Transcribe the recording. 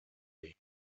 ready